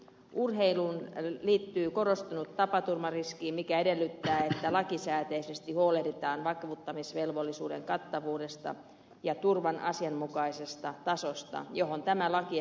urheiluun liittyy korostunut tapaturmariski mikä edellyttää että lakisääteisesti huolehditaan vakuuttamisvelvollisuuden kattavuudesta ja turvan asianmukaisesta tasosta johon tämä lakiesitys tähtää